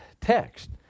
text